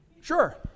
Sure